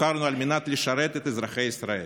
נבחרנו על מנת לשרת את אזרחי ישראל,